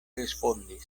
respondis